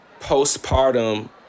postpartum